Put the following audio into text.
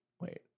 wait